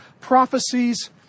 prophecies